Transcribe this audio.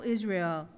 Israel